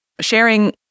sharing